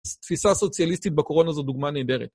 תפיסה סוציאליסטית בקורונה זו דוגמה נהדרת.